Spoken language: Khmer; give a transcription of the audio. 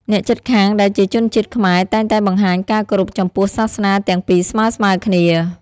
អ្នកជិតខាងដែលជាជនជាតិខ្មែរតែងតែបង្ហាញការគោរពចំពោះសាសនាទាំងពីរស្មើៗគ្នា។